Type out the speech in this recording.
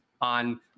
on